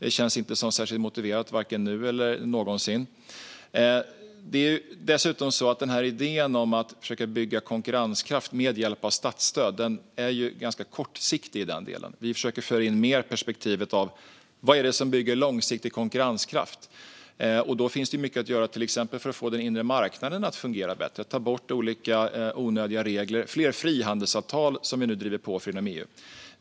Det känns inte särskilt motiverat vare sig nu eller någonsin. Idén om att försöka bygga konkurrenskraft med hjälp av statsstöd är kortsiktig. Vi försöker att få in mer av ett perspektiv på vad som bygger långsiktig konkurrenskraft. Då finns mycket att göra för att få den inre marknaden att fungera bättre, till exempel att ta bort onödiga regler. Och vi driver på fler frihandelsavtal inom EU.